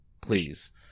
please